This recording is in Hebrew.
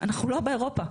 אנחנו לא באירופה,